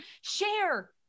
Share